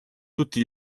tutti